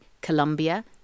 Colombia